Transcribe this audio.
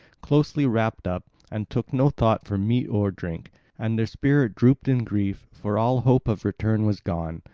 closely wrapped up, and took no thought for meat or drink and their spirit drooped in grief, for all hope of return was gone.